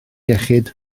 iechyd